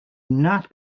not